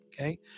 okay